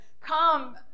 come